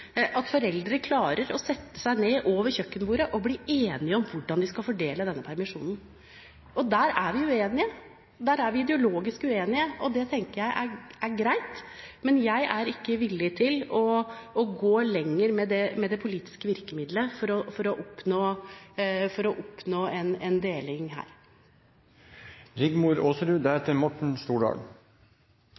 at foreldre klarer å sette seg ned ved kjøkkenbordet og bli enige om hvordan de skal fordele denne permisjonen. Der er vi ideologisk uenige, og det tenker jeg er greit. Men jeg er ikke villig til å gå lenger med det politiske virkemiddelet for å oppnå en deling her. Replikkordskiftet er over. Uken før den internasjonale kvinnedagen 8. mars presenterte regjeringen sin første likestillingsrelaterte sak for